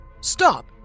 Stop